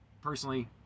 Personally